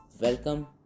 Welcome